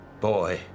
Boy